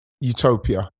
utopia